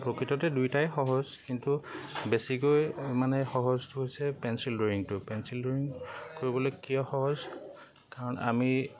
প্ৰকৃততে দুয়োটাই সহজ কিন্তু বেছিকৈ মানে সহজটো হৈছে পেঞ্চিল ড্ৰয়িংটো পেঞ্চিল ড্ৰয়িং কৰিবলৈ কিয় সহজ কাৰণ আমি